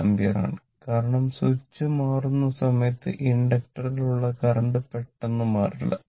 ampere ആണ് കാരണം switch മാറുന്ന സമയത്ത് ഇൻഡക്ടർ ഇൽ ഉള്ള കരണ്ട് പെട്ടെന്ന് മാറില്ല